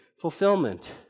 fulfillment